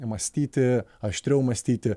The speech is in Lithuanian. mąstyti aštriau mąstyti